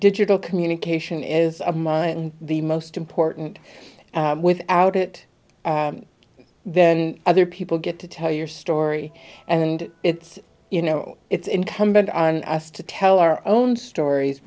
digital communication is a mind the most important without it then other people get to tell your story and it's you know it's incumbent on us to tell our own stories